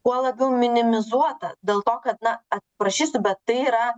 kuo labiau minimizuota dėl to kad na parašysiu bet tai yra